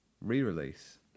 re-release